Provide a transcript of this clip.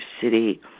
city